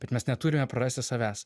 bet mes neturime prarasti savęs